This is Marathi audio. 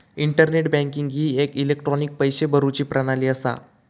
इंटरनेट बँकिंग ही एक इलेक्ट्रॉनिक पैशे भरुची प्रणाली असा